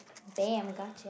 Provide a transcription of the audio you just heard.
damn gotcha